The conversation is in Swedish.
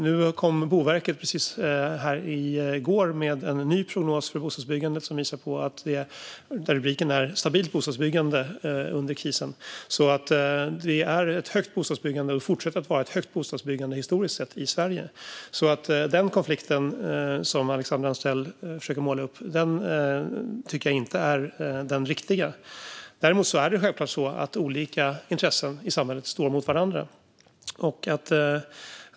Nu kom Boverket precis i går med en ny prognos för bostadsbyggandet där rubriken är Stabilt bostadsbyggande under krisen. Det är ett högt bostadsbyggande och fortsätter att vara ett högt bostadsbyggande historiskt sett i Sverige. Den konflikt som Alexandra Anstrell försöker att måla upp tycker jag inte är den riktiga. Däremot är det självklart så att olika intressen i samhället står mot varandra.